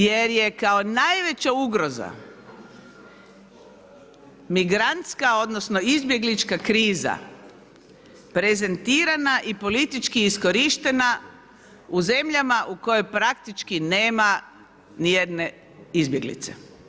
Jer je kao najveća ugroza migrantska, odnosno izbjeglička kriza prezentirana i politički iskorištena u zemljama u kojoj praktički nema nijedne izbjeglice.